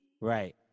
Right